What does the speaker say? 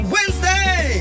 Wednesday